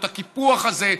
את הקיפוח הזה,